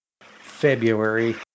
february